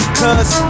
cause